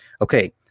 okay